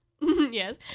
Yes